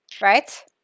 Right